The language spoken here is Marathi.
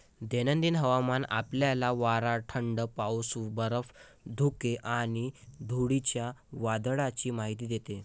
दैनंदिन हवामान आपल्याला वारा, ढग, पाऊस, बर्फ, धुके आणि धुळीच्या वादळाची माहिती देते